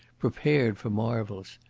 prepared for marvels.